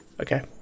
Okay